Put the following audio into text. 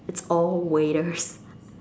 it's all waiters